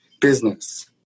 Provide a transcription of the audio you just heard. business